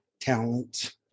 talent